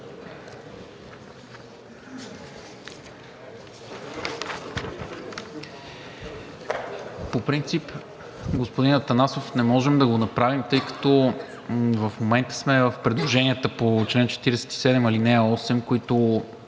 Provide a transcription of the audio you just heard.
По принцип, господин Атанасов, не можем да го направим, тъй като в момента сме в предложенията по чл. 47, ал. 8, които